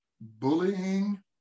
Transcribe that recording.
bullying